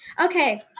Okay